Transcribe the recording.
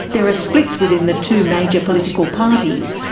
there are splits within the two major political parties,